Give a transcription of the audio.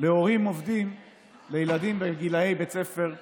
להורים עובדים לילדים בגילי בית ספר יסודי.